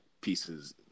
pieces